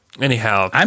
anyhow